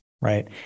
right